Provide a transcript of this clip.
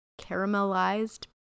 Caramelized